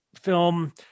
film